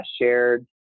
shared